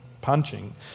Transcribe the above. punching